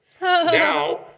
Now